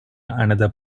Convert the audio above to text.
another